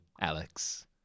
alex